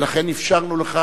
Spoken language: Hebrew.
ולכן איפשרנו לך,